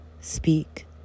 speak